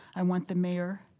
i want the mayor,